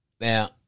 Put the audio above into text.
Now